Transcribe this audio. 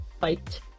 fight